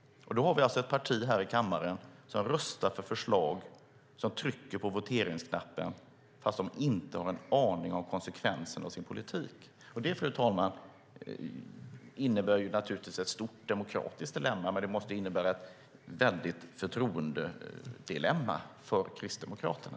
Vi har alltså ett parti här i kammaren som röstar för förslag och trycker på voteringsknappen trots att de inte har en aning om konsekvenserna av sin politik. Det, fru talman, innebär naturligtvis ett stort demokratiskt dilemma, och det måste innebära ett väldigt förtroendedilemma för Kristdemokraterna.